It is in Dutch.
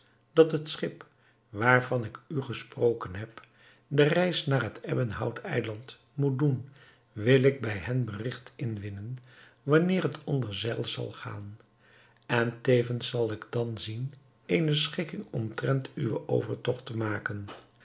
dat het schip waarvan ik u gesproken heb de reis naar het ebbenhout eiland moet doen wil ik bij hen berigten inwinnen wanneer het onder zeil zal gaan en tevens zal ik dan zien eene schikking omtrent uwen overtogt te maken